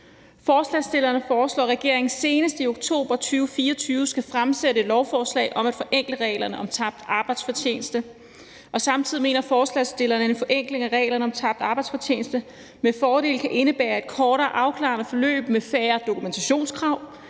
Forslagsstillerne foreslår, at regeringen senest i oktober 2024 skal fremsætte et lovforslag om at forenkle reglerne om tabt arbejdsfortjeneste. Samtidig mener forslagsstillerne, at en forenkling af reglerne om tabt arbejdsfortjeneste med fordel kan indebære et kortere afklarende forløb med færre dokumentationskrav,